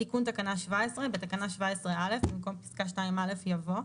תיקון תקנה 17 2. "בתקנה 17(א) במקום פסקה (2א) יבוא: